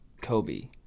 Kobe